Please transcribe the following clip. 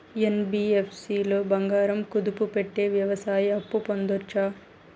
NBFC లో బంగారం కుదువు పెట్టి వ్యవసాయ అప్పు పొందొచ్చా?